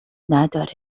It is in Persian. نداره